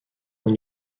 when